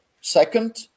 second